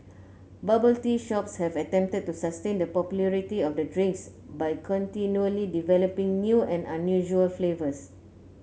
bubble tea shops have attempted to sustain the popularity of the drink by continually developing new and unusual flavours